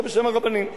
זה בשם הרבנים.